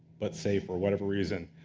but say for whatever reason,